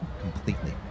completely